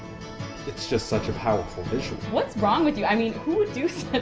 it's just such a powerful visual. what's wrong with you, i mean, who would do so